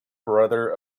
brother